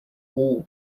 all